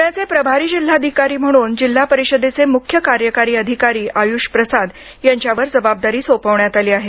पुण्याचे प्रभारी जिल्हाधिकारी म्हणून जिल्हा परिषदेचे मुख्य कार्यकारी अधिकारी आयुष प्रसाद यांच्यावर जबाबदारी सोपवण्यात आली आहे